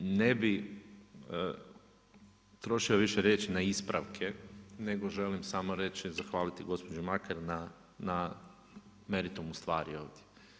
Ne bih trošio više riječi na ispravke, nego želim samo reći, zahvaliti gospođi Makar na meritumu stvari ovdje.